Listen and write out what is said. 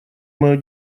мое